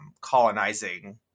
colonizing